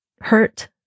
hurt